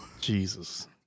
Jesus